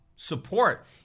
support